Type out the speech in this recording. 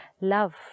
Love